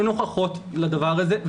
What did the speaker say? אין הוכחות לדבר הזה,